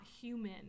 human